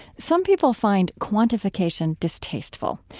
some people find quantification distasteful,